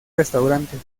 restaurantes